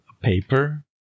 paper